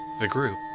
the group,